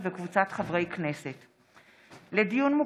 לקריאה ראשונה,